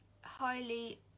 highly